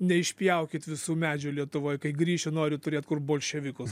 neišpjaukit visų medžių lietuvoj kai grįšiu noriu turėti kur bolševikus